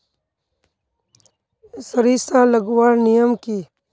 सरिसा लगवार नियम की?